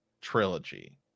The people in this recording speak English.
trilogy